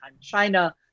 China